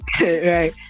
right